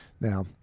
now